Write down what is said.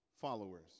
followers